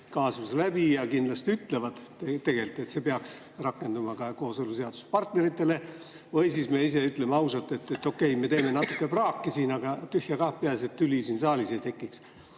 kaasuse läbi ja kindlasti ütlevad tegelikult, et see peaks rakenduma ka kooseluseaduse partneritele; või siis me ise ütleme ausalt, et okei, me teeme natuke praaki siin, aga tühja kah, peaasi, et tüli siin saalis ei tekiks.